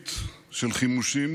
אווירית של חימושים